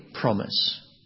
promise